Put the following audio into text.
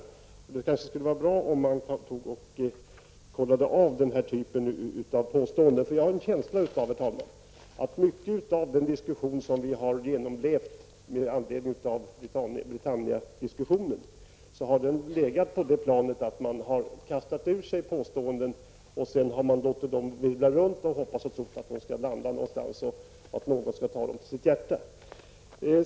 Det skulle kanske vara bra om man kontrollerade fakta bakom denna typ av påståenden. Herr talman! Jag har en känsla av att en stor del av den diskussion vi genomlevt med anledning av fallet Britannia har legat på det planet att man hävt ur sig påståenden som man sedan låtit virvla runt i förhoppningen att de skall landa någonstans och att någon skall ta dem till sitt hjärta.